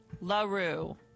LaRue